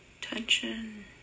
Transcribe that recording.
tension